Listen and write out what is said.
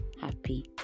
happy